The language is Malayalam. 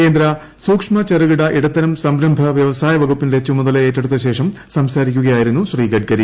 കേന്ദ്ര സൂക്ഷ്മ ചെറുകിട ഇടത്തരം സംരംഭ വ്യവസായവകുപ്പിന്റെ ചുമതല ഏറ്റെടുത്തശേഷം സംസാരിക്കുകയായിരുന്നു ശ്രീ ഗഡ്കരി